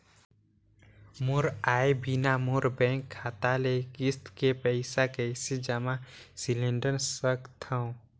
मोर आय बिना मोर बैंक खाता ले किस्त के पईसा कइसे जमा सिलेंडर सकथव?